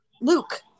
Luke